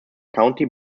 county